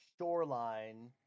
shoreline